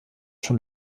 schon